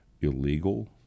illegal